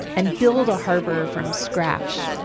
and build a harbor from scratch,